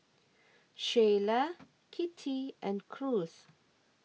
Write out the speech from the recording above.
Shyla Kittie and Cruz